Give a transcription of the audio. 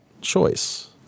choice